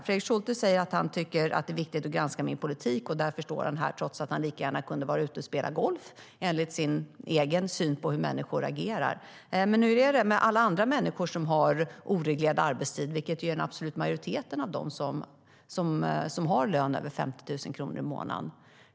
Fredrik Schulte säger att han tycker att det är viktigt att granska min politik, och därför står han här trots att han lika gärna kunde vara ute och spela golf, enligt hans egen syn på hur människor agerar. Men hur är det med alla andra människor som har oreglerad arbetstid, vilket är en absolut majoritet av dem som har en lön över 50 000 kronor i månaden?